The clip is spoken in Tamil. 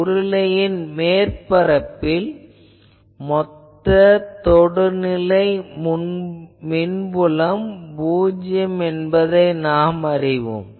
உருளையின் மேற்பரப்பில் மொத்த தொடுநிலை மின் புலம் பூஜ்யம் என்பதை நாம் அறிவோம்